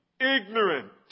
Ignorant